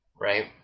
Right